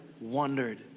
wondered